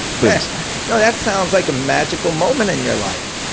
booze. you know that sounds like a magical moment in your life.